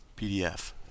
PDF